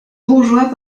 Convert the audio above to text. bourgeois